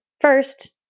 first